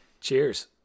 Cheers